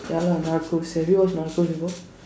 ya lah Narcos have you watched Narcos before